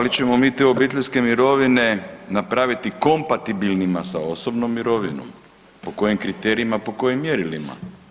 Da li ćemo mi te obiteljske mirovine napraviti kompatibilnima sa osobnom mirovinom, po kojim kriterijima, po kojim mjerilima?